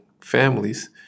families